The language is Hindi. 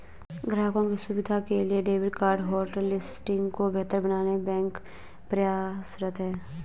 ग्राहकों की सुविधा के लिए डेबिट कार्ड होटलिस्टिंग को बेहतर बनाने बैंक निरंतर प्रयासरत है